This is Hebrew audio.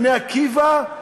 "בני עקיבא",